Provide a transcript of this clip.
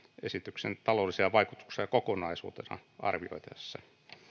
esityksen taloudellisia vaikutuksia kokonaisuutena arvioitaessa